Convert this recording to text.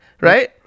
right